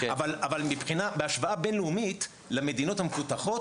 אבל בהשוואה בינלאומית למדינות המפותחות,